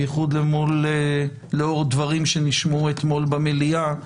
בייחוד לאור דברים שנשמעו אתמול במליאה.